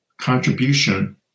contribution